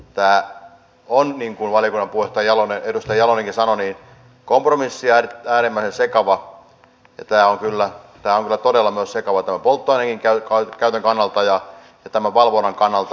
tämä on niin kuin valiokunnan puheenjohtaja edustaja jalonenkin sanoi kompromissi ja äärimmäisen sekava ja tämä on kyllä myös todella sekava tämän polttoaineenkin käytön ja tämän valvonnan kannalta